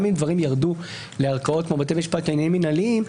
גם אם דברים ירדו לערכאות כמו בתי משפט לעניינים מינהליים,